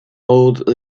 old